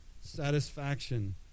satisfaction